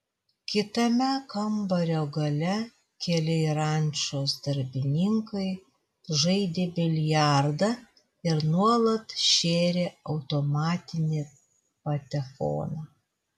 kitame kambario gale keli rančos darbininkai žaidė biliardą ir nuolat šėrė automatinį patefoną